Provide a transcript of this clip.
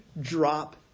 drop